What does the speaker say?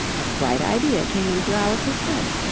a bright idea came into alice's head.